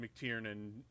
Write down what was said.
mctiernan